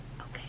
Okay